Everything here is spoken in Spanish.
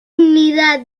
unidad